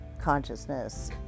consciousness